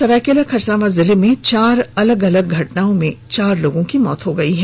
सरायकेला खरसावां जिले में चार अलग अलग घटनाओं में चार लोगों की मौत हो गई है